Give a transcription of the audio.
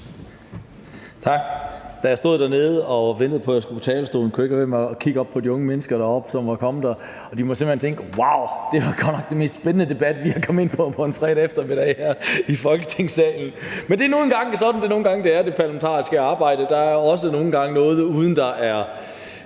Tak. Da jeg stod dernede og ventede på, at jeg skulle på talerstolen, kunne jeg ikke lade være med at kigge op på de unge mennesker deroppe på tilhørerpladserne. De må simpelt hen tænke: Wauw, det var godt nok den mest spændende debat, vi er kommet ind til på en fredag eftermiddag her i Folketingssalen. Men det er nu engang sådan, det parlamentariske arbejde nogle gange er. Der er også nogle gange, der ikke er